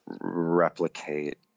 replicate